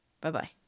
Bye-bye